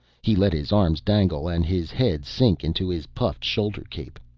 he let his arms dangle and his head sink into his puffed shoulder cape.